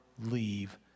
leave